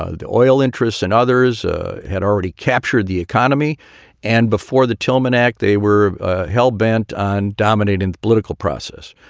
ah the oil interests and others ah had already captured the economy and before the tillman act, they were hell bent on dominating the political process.